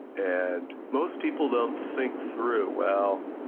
and most people don't think through, well,